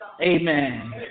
Amen